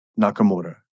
Nakamura